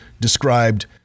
described